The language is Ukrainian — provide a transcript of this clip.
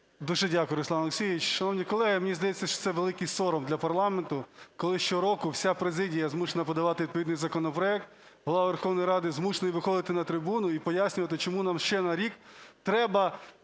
Дуже дякую, Руслан Олексійович. Шановні колеги, мені здається, що це великий сором для парламенту, коли щороку вся президія змушена подавати відповідний законопроект, Голова Верховної Ради змушений виходити на трибуну і пояснювати, чому нам ще на рік треба